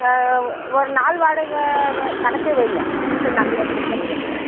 ஆ ஒரு நாள் வாடகை கணக்கே வைங்க டீசல் நாங்கள் போட்டுக்கிற மாதிரி இருக்கட்டும்